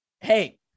hey